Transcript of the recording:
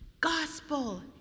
Gospel